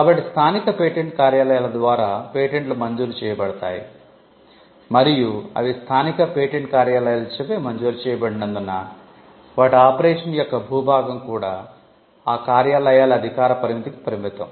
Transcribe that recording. కాబట్టి స్థానిక పేటెంట్ కార్యాలయాల ద్వారా పేటెంట్లు మంజూరు చేయబడతాయి మరియు అవి స్థానిక పేటెంట్ కార్యాలయాలచే మంజూరు చేయబడినందున వాటి ఆపరేషన్ యొక్క భూభాగం కూడా ఆ కార్యాలయాల అధికార పరిధికి పరిమితం